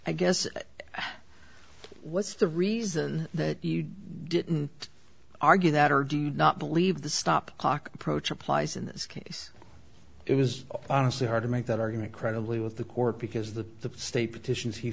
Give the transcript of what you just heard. i guess what's the reason that you didn't argue that or do you not believe the stop cock approach applies in this case it is honestly hard to make that argument credibly with the court because the state petitions he